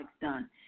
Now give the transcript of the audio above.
done